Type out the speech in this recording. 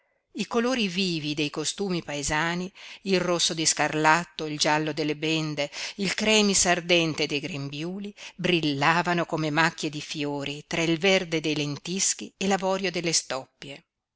i colori vivi dei costumi paesani il rosso di scarlatto il giallo delle bende il cremis ardente dei grembiuli brillavano come macchie di fiori tra il verde dei lentischi e l'avorio delle stoppie